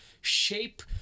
shape